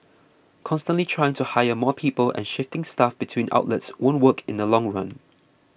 constantly trying to hire more people and shifting staff between outlets won't work in the long run